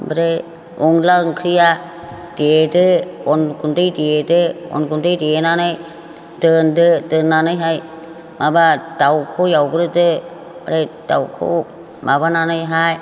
ओमफ्राय अनला ओंख्रिया देदो अन गुन्दै देदो अन गुन्दै देनानै दोन्दो दोन्नानैहाय माबा दाउखौ एवग्रोदो ओमफ्राय दाउखौ माबानानैहाय